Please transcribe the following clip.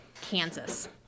Kansas